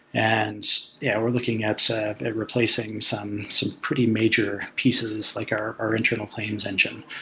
and yeah we're looking at replacing some some pretty major pieces, like our our internal claims engine,